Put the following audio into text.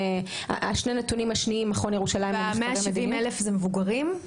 שני הנתונים השניים מכון ירושלים --- וה-170 אלף זה מבוגרים?